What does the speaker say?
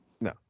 No